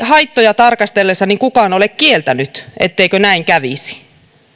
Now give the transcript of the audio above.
haittoja tarkasteltaessa kukaan ole kieltänyt etteikö näin kävisi